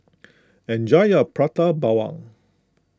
enjoy your Prata Bawang